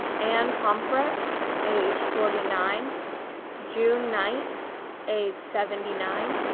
ann pomphret age forty nine june knight age seventy nine,